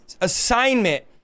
assignment